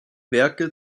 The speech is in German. werke